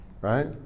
Right